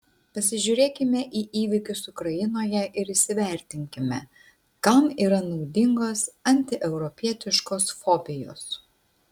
pasižiūrėkime į įvykius ukrainoje ir įsivertinkime kam yra naudingos antieuropietiškos fobijos